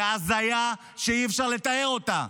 זו הזיה שאי-אפשר לתאר אותה.